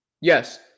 Yes